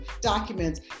documents